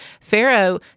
Pharaoh